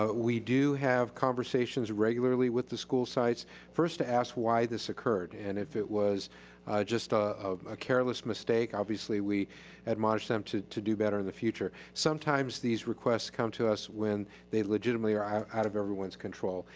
ah we do have conversations regularly with the school sites first to ask why this occurred. and if it was just ah a ah careless mistake, obviously we admonish them to to do better in the future. sometimes these requests come to us when they legitimately are out out of everyone's control.